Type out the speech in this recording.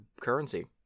currency